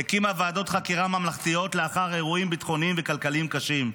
הקימו ועדות חקירה ממלכתיות לאחר אירועים ביטחוניים וכלכליים קשים,